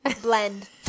Blend